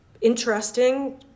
interesting